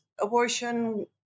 abortion